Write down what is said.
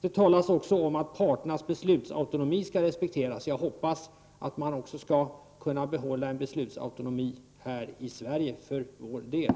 Det talas också om att parternas beslutsautonomi skall respekteras. Jag hoppas att man även skall behålla en beslutsautonomi här i Sverige för vår del.